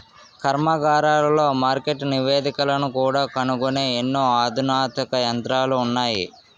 కర్మాగారాలలో మార్కెట్ నివేదికలను కూడా కనుగొనే ఎన్నో అధునాతన యంత్రాలు ఉన్నాయి